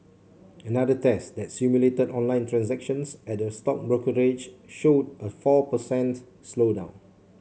another test that simulated online transactions at a stock brokerage showed a four per cent slowdown